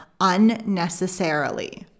unnecessarily